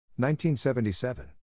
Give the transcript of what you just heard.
1977